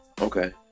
Okay